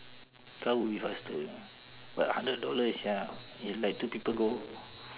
car would be faster but hundred dollar sia if like two people go